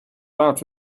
out